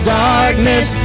darkness